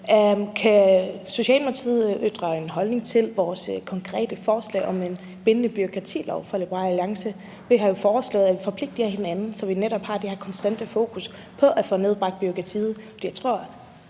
Kan Socialdemokratiet ytre en holdning til det konkrete forslag fra Liberal Alliance om en bindende bureaukratilov? Vi har foreslået, at vi forpligter hinanden på det, så vi netop har det her konstante fokus på at få nedbragt bureaukratiet, for jeg tror,